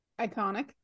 Iconic